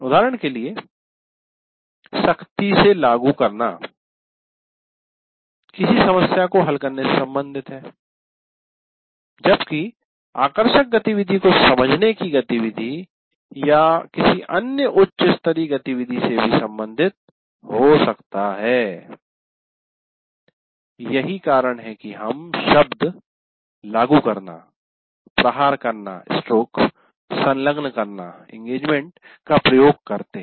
उदाहरण के लिए सख्ती से लागू करना किसी समस्या को हल करने से संबंधित है जबकि आकर्षक गतिविधि को समझने की गतिविधि या किसी अन्य उच्च स्तरीय गतिविधि से भी संबंधित हो सकता है यही कारण है कि हम शब्द लागू करना प्रहार स्ट्रोक करना संलग्न करना का प्रयोग करते हैं